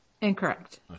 Incorrect